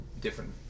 different